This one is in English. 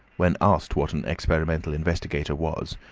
when asked what an experimental investigator was,